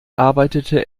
arbeitete